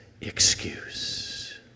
excuse